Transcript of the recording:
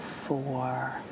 Four